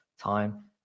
time